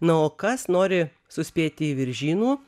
na o kas nori suspėti į viržynų